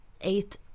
eight